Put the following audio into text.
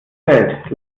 zählt